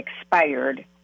expired